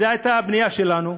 זו הייתה הפנייה שלנו,